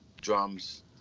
drums